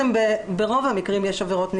ברוב המקרים יש עבירות נלוות,